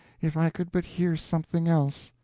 if i could but hear something else!